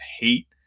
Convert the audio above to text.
hate